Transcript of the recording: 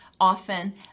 often